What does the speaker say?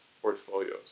portfolios